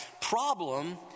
problem